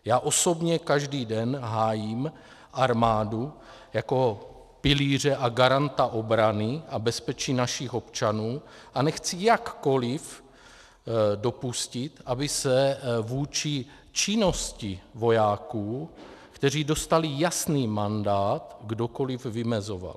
Já osobně každý den hájím armádu jako pilíře a garanta obrany a bezpečí našich občanů a nechci jakkoliv dopustit, aby se vůči činnosti vojáků, kteří dostali jasný mandát, kdokoliv vymezoval.